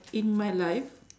in my life